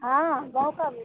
हाँ वह भी